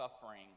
suffering